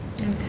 Okay